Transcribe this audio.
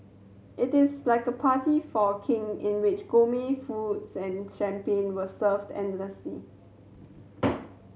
it is like a party for a King in which foods and champagne was served endlessly